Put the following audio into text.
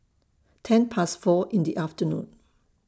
ten Past four in The afternoon